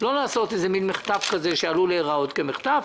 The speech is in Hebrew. לא לעשות מחטף שעלול להיראות כמחטף.